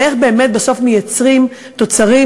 ואיך באמת בסוף מייצרים תוצרים,